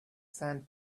sand